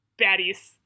baddies